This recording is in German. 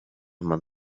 man